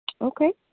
Okay